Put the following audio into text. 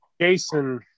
Jason